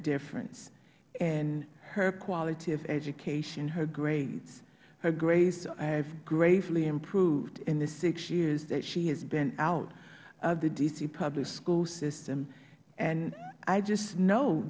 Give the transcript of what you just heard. difference in her quality of education her grades her grades have greatly improved in the six years that she has been out of the d c public school system and i just know